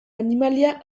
animalia